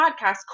podcast